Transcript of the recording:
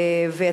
קריאה ראשונה.